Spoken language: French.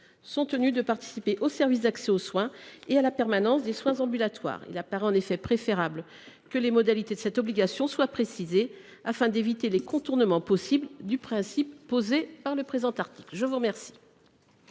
sont tenus de participer au service d’accès aux soins et à la permanence des soins ambulatoires. Il semble en effet préférable que les modalités de cette obligation soient précisées, afin d’éviter les contournements possibles du principe posé par le présent article. Quel